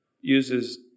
uses